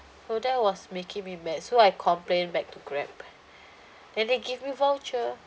so that was making me mad so I complain back to Grab then they give me voucher